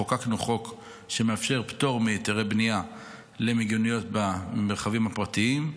חוקקנו חוק שמאפשר פטור מהיתרי בנייה למיגוניות במרחבים הפרטיים.